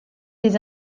des